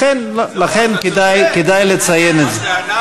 לכן כדאי לציין את זה.